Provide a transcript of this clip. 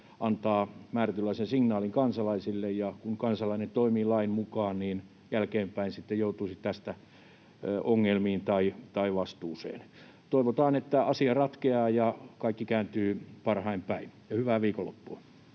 antaa määrätynlaisen signaalin kansalaisille ja kansalainen toimii lain mukaan, niin jälkeenpäin sitten joutuisi tästä ongelmiin tai vastuuseen. Toivotaan, että asia ratkeaa ja kaikki kääntyy parhain päin. — Hyvää viikonloppua.